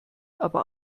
aber